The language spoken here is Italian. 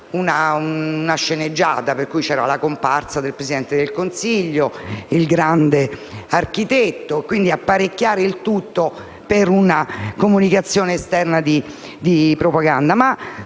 una sceneggiata, con la comparsa del Presidente del Consiglio e del grande architetto, tutto apparecchiato per una comunicazione esterna di propaganda.